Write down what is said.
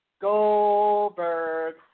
Goldberg